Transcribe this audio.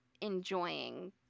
enjoying